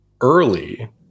early